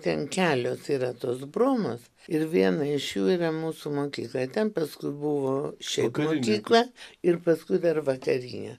ten kelios yra tos bromos ir viena iš jų yra mūsų mokykla ten paskui buvo šiaip mokykla ir paskui dar vakarinė